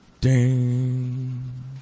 Ding